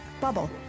Bubble